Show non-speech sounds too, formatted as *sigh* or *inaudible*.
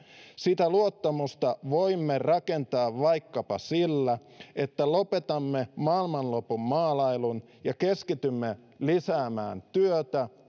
sitä luottamusta voimme rakentaa vaikkapa sillä että lopetamme maailmanlopun maalailun ja keskitymme lisäämään työtä *unintelligible*